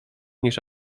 niż